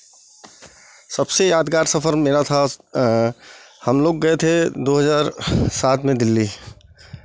सबसे यादगार सफ़र मेरा था हमलोग गए थे दो हज़ार सात में दिल्ली